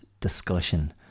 discussion